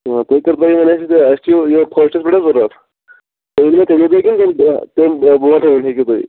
آ تُہۍ کَر ترٛاوِو وۅنۍ اَسہِ اَسہِ چھُ یہِ فٔسٹَس پیٹھٕ حظ ضروٗرت تُہۍ ترٛاوِو تَمی دۅہ کِنہٕ تَمہِ تَمہِ برٛونٛٹھے ہیٚکِو تُہۍ